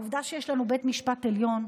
עובדה שיש לנו בית משפט עליון,